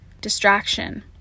distraction